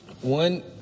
One